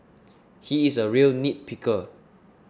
he is a real nitpicker